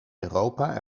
europa